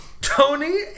Tony